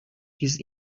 his